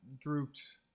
drooped